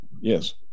yes